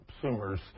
consumers